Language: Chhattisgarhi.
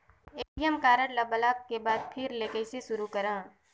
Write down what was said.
ए.टी.एम कारड ल ब्लाक के बाद फिर ले कइसे शुरू करव?